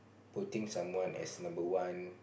putting someone as number one